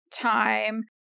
time